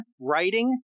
writing